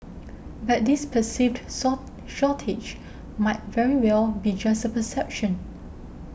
but this perceived sort shortage might very well be just a perception